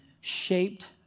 shaped